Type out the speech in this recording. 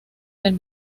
del